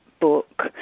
book